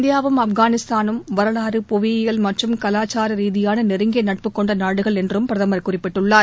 இந்தியாவும் ஆப்கானிஸ்தானும் வரலாறு புவியியல் மற்றும் கலாச்சார ரீதியான நெருங்கிய நட்பு கொண்ட நாடுகள் என்றும் பிரதமள் குறிப்பிட்டுள்ளார்